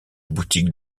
boutique